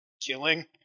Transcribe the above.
killing